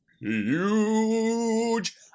Huge